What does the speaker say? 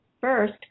first